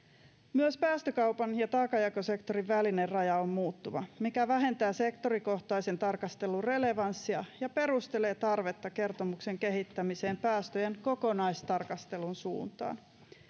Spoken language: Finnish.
myös päästökaupan ja taakanjakosektorin välinen raja on muuttuva mikä vähentää sektorikohtaisen tarkastelun relevanssia ja perustelee tarvetta kertomuksen kehittämiseen päästöjen kokonaistarkastelun suuntaan